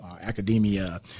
academia